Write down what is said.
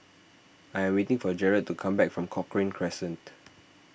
I am waiting for Jered to come back from Cochrane Crescent